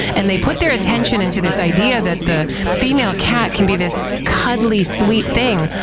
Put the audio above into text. and they put their attention into this idea that the female cat can be this cuddly sweet thing,